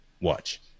watch